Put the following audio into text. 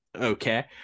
okay